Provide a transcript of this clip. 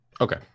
Okay